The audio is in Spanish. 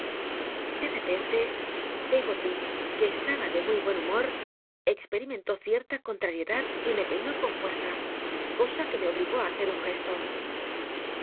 de repente peggoty que estaba de muy buen humor experimentó cierta contraricdad y me peinó con fuerla cosa que me obligó ri hacer un gesto